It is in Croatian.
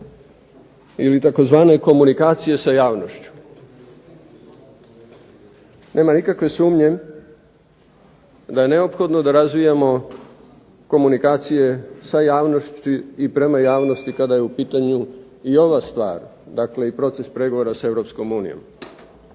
ili tzv. komunikacije sa javnošću. Nema nikakve sumnje da je neophodno da razvijamo komunikacije sa javnosti i prema javnosti kada je u pitanju i ova stvar, dakle i proces pregovora s